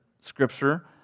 Scripture